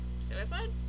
suicide